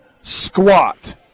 squat